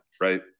right